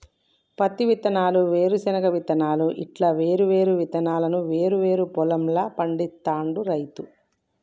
పత్తి విత్తనాలు, వేరుశన విత్తనాలు ఇట్లా వేరు వేరు విత్తనాలను వేరు వేరు పొలం ల పండిస్తాడు రైతు